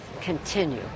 continue